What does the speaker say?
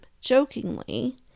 jokingly